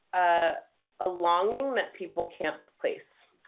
ah a longing that people can't place.